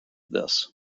this